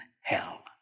hell